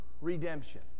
redemption